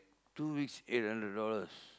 two weeks eight hundred dollars